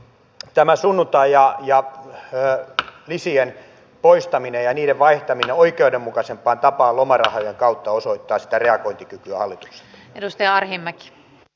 tämä sunnuntai ja muiden lisien poistaminen ja niiden vaihtaminen oikeudenmukaisempaan tapaan lomarahojen kautta osoittaa sitä reagointikykyä hallitukselta